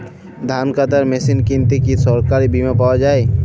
ধান কাটার মেশিন কিনতে কি সরকারী বিমা পাওয়া যায়?